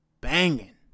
banging